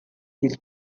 his